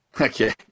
Okay